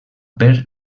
per